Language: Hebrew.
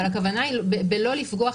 אבל הכוונה היא לא לפגוע,